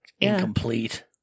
Incomplete